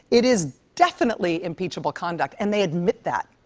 it is definitely impeachable conduct. and they admit that.